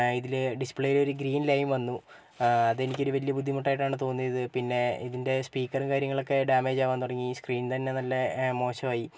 ഇതിൽ ഡിസ്പ്ലേയിൽ ഒരു ഗ്രീൻ ലൈൻ വന്നു അതെനിക്ക് ഒരു വലിയ ഒരു ബുദ്ധിമുട്ടായിട്ടാണ് തോന്നിയത് പിന്നെ ഇതിൻ്റെ സ്പീക്കറും കാര്യങ്ങളൊക്കെ ഡാമേജ് ആവാൻ തുടങ്ങി സ്ക്രീൻ തന്നെ നല്ല ഏ മോശമായി